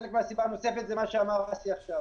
חלק מהסיבה הנוספת זה מה שאמר אסי עכשיו.